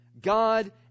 God